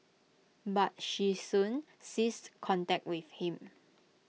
but she soon ceased contact with him